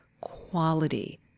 quality